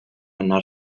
anar